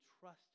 trust